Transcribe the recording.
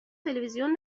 تلویزیون